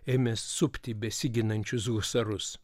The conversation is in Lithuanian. ėmė supti besiginančius husarus